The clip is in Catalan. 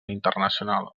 internacional